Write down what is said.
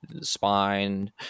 spine